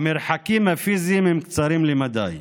המרחקים הפיזיים הם קצרים למדי.